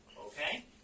Okay